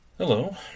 Hello